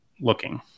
looking